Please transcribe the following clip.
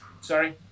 sorry